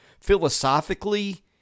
philosophically